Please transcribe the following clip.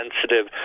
sensitive